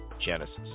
genesis